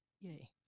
yay